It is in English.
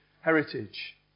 heritage